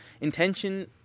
Intention